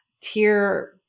tier